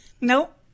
Nope